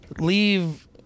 leave